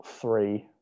three